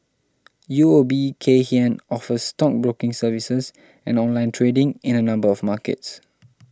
U O B Kay Hian offers stockbroking services and online trading in a number of markets